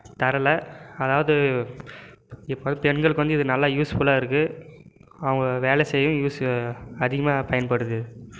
தரல அதாவது இப்போ பெண்களுக்கு வந்து இது நல்லா யூஸ் ஃபுல்லாக இருக்கு அவங்க வேலை செய்ய யூஸியா அதிகமாக பயன்படுது